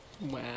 Wow